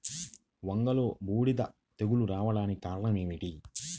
వంగలో బూడిద తెగులు రావడానికి కారణం ఏమిటి?